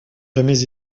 jamais